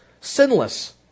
sinless